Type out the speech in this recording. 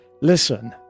listen